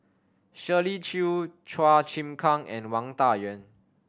Shirley Chew Chua Chim Kang and Wang Dayuan